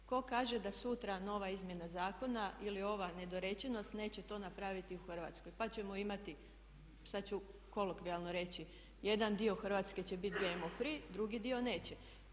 Tko kaže da sutra nova izmjena zakona ili ova nedorečenost neće to napraviti u Hrvatskoj, pa ćemo imati sad ću kolokvijalno reći jedan dio Hrvatske će biti GMO free, drugi dio neće.